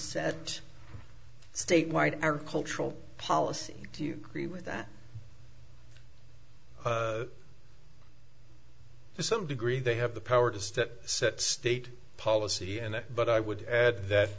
a statewide agricultural policy do you agree with that to some degree they have the power does that set state policy and but i would add that